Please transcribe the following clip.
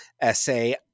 essay